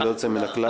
ללא יוצא מן הכלל.